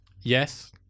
Yes